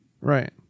Right